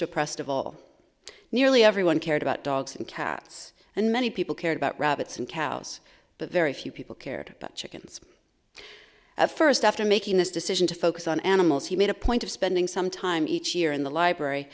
oppressed of all nearly everyone cared about dogs and cats and many people cared about rabbits and cows but very few people cared about chickens at first after making this decision to focus on animals he made a point of spending some time each year in the library